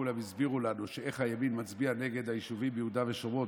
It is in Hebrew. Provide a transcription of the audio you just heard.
כולם הסבירו לנו איך הימין מצביע נגד היישובים ביהודה ושומרון,